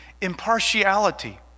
impartiality